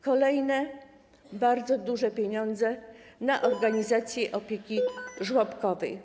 Kolejne bardzo duże pieniądze są na organizację opieki żłobkowej.